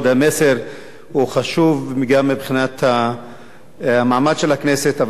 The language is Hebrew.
המסר חשוב גם מבחינת המעמד של הכנסת,